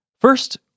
First